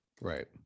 Right